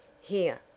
Here